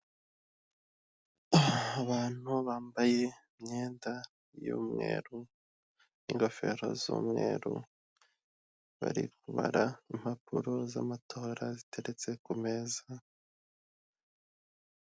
Abantu bambaye imyenda y'umweru n'ingofero z'umweru, bari kubara impapuro z'amatora ziteretse ku meza.